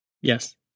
Yes